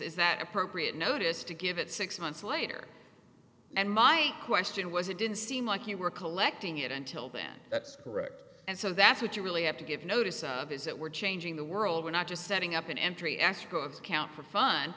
is that appropriate notice to give it six months later and my question was it didn't seem like you were collecting it until then that's correct and so that's what you really have to give notice of is that we're changing the world we're not just setting up an entry escrow account for fun